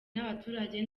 n’abaturage